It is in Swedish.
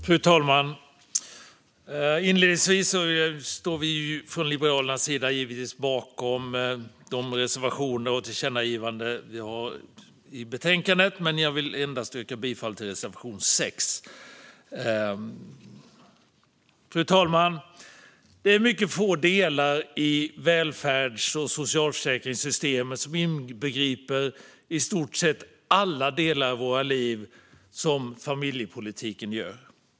Fru talman! Inledningsvis vill jag säga att vi från Liberalernas sida givetvis står bakom de reservationer och tillkännagivanden som vi har i betänkandet. Men jag vill endast yrka bifall till reservation 6. Fru talman! Det är mycket få delar i välfärds och socialförsäkringssystemet som griper in i stort sett i alla delar av våra liv på det sätt som familjepolitiken gör.